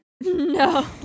No